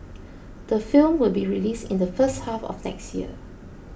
the film will be released in the first half of next year